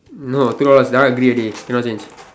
no two dollars that one agree already cannot change